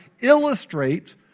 illustrates